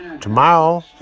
Tomorrow